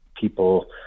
People